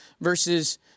verses